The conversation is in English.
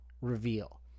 reveal